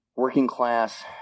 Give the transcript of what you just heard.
working-class